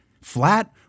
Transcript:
flat